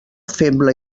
feble